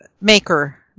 Maker